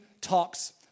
talks